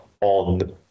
on